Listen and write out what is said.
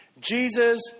Jesus